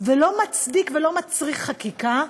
וזה לא מצדיק ולא מצריך חקיקה,